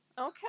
okay